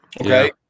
Okay